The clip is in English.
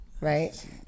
Right